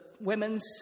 women's